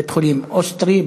בית-חולים אוסטרי,